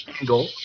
Angle